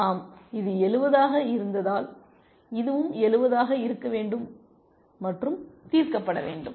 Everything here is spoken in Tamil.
ஆம் இது 70 ஆக இருந்ததால் இதுவும் 70 ஆக இருக்க வேண்டும் மற்றும் தீர்க்கப்பட வேண்டும்